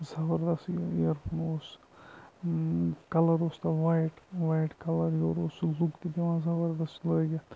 زَبردَست earphone اوس سُہ کَلَر اوس تَتھ وویِٹ وویِٹ کَلَر اوس یورٕ اوس سُہ لُک تہِ دِوان زَبردَست لٲگِتھ